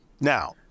Now